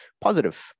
positive